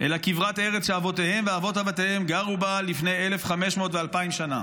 אלא כברת ארץ שאבותיהם ואבות אבותיהם גרו בה לפני 1,500 ו-2,000 שנה.